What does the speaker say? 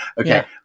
Okay